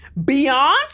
Beyonce